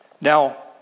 Now